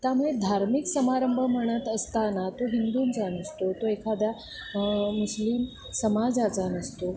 त्यामुळे धार्मिक समारंभ म्हणत असताना तो हिंदूंचा नसतो तो एखाद्या मुस्लिम समाजाचा नसतो